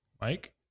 Mike